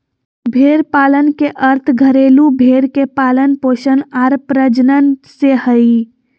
भेड़ पालन के अर्थ घरेलू भेड़ के पालन पोषण आर प्रजनन से हइ